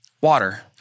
water